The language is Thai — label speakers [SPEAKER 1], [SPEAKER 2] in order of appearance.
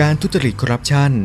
[SPEAKER 1] การทุจริตคอร์รัปชันเป็นภัยคุกคามต่อความมั่นคงของชาติ